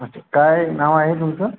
अच्छा काय नाव आहे तुमचं